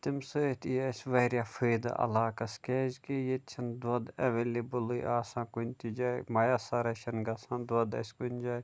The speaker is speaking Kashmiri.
تمہِ سۭتۍ یی اسہِ واریاہ فٲیدٕ علاقَس کیٛازِکہِ ییٚتہِ چھُنہٕ دۄدھ ایٚولیبٕلٕے آسان کُنہِ تہِ جایہِ مَیسرٕے چھُنہٕ گژھان دۄدھ اسہِ کُنہِ جایہِ